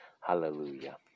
Hallelujah